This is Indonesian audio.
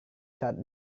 saat